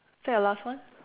is that your last one